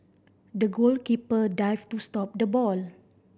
the goalkeeper dived to stop the ball